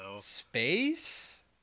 Space